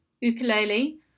ukulele